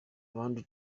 abandi